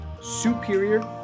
superior